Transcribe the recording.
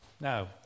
now